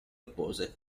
oppose